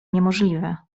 niemożliwe